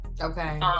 Okay